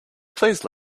please